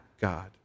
God